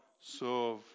serve